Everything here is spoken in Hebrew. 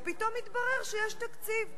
ופתאום מתברר שיש תקציב.